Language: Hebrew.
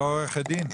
בתור עורכת דין?